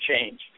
change